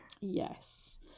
yes